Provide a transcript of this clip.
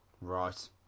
right